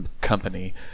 company